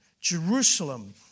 Jerusalem